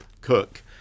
cook